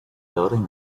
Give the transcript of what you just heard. building